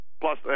Plus